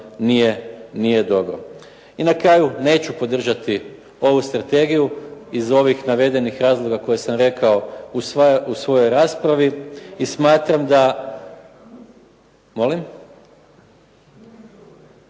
nije dobro. I na kraju, neću podržati ovu strategiju iz ovih navedenih razloga koje sam rekao u svojoj raspravi. I smatram da. Molim?